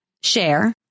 share